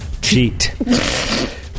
Cheat